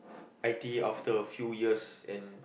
I_T_E after a few years and